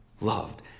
loved